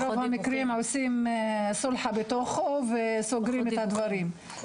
ברוב המקרים עושים "סולחה" בתוך המשפחות וסוגרים את הדברים.